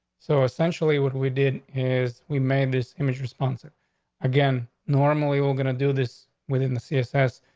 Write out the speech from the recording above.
so essentially, what we did is we made this image responses again. normally, we're gonna do this within the csf,